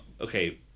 okay